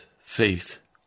faith